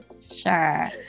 sure